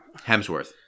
hemsworth